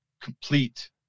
complete